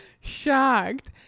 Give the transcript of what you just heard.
shocked